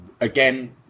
again